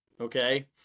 Okay